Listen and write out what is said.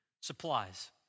supplies